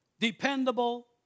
Dependable